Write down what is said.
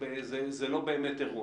זה לא באמת אירוע,